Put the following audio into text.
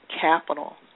capital